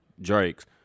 Drake's